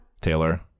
Taylor